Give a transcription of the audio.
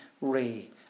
ray